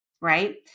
right